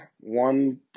one